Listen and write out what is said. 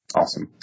Awesome